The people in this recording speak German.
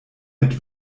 mit